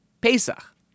Pesach